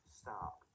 stop